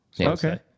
Okay